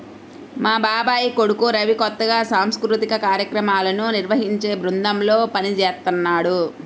మా బాబాయ్ కొడుకు రవి కొత్తగా సాంస్కృతిక కార్యక్రమాలను నిర్వహించే బృందంలో పనిజేత్తన్నాడు